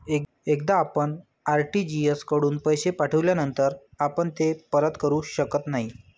एकदा आपण आर.टी.जी.एस कडून पैसे पाठविल्यानंतर आपण ते परत करू शकत नाही